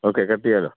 okay cut ചെയ്യാമല്ലോ